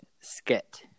skit